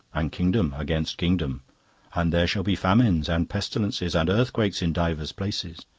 and kingdom against kingdom and there shall be famines, and pestilences, and earthquakes, in divers places